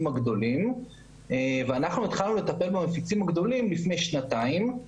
הגדולים ואנחנו התחלנו לטפל במפיצים הגדולים לפני שנתיים.